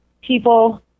people